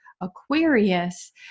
Aquarius